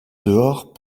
dehors